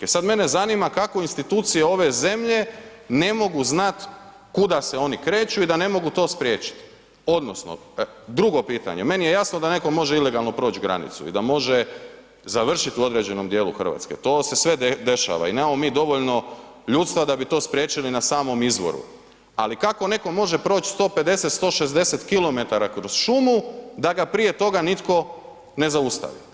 E sad mene zanima kako institucije ove zemlje ne mogu znati kuda se oni kreću i da ne mogu to spriječiti odnosno drugo pitanje, meni je jasno da netko može ilegalno proći granicu i da može završiti u određenom dijelu Hrvatske, to se sve dešava i nemamo mi dovoljno ljudstva da bi to spriječili na samom izvoru, ali kako netko može proći 150, 160 km kroz šumu da ga prije toga nitko ne zaustavi?